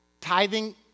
Tithing